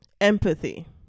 Empathy